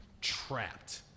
trapped